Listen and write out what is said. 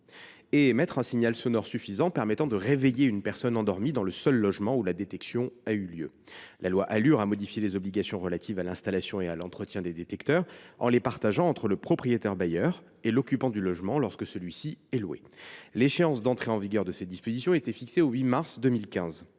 et émettre un signal sonore suffisant pour réveiller une personne endormie dans le logement où la détection a eu lieu. La loi Alur du 24 mars 2014 a modifié les obligations relatives à l’installation et à l’entretien des détecteurs, en les partageant entre le propriétaire bailleur et l’occupant du logement lorsque celui ci est loué. L’échéance d’entrée en vigueur de ces dispositions était fixée au 8 mars 2015.